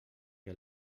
que